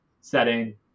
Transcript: setting